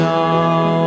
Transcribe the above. now